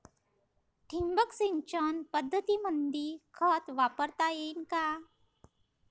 ठिबक सिंचन पद्धतीमंदी खत वापरता येईन का?